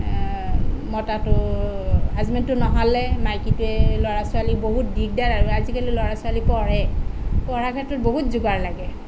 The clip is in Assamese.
মতাটো হাজবেণ্ডটো নহ'লে মাইকীটোৱে ল'ৰা ছোৱালী বহুত দিকদাৰ আৰু আজিকালি ল'ৰা ছোৱালী পঢ়ে পঢ়াৰ ক্ষেত্ৰত বহুত যোগাৰ লাগে